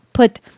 Put